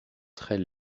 très